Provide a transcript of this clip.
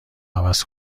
عوض